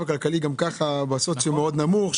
הכלכלי שלהם והמעמד הסוציו-אקונומי שלהם נמוך מאוד.